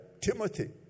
Timothy